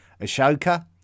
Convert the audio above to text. Ashoka